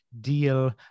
deal